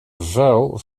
vuil